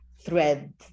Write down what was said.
thread